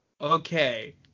okay